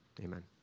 amen